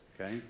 Okay